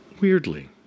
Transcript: Weirdly